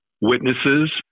witnesses